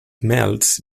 melts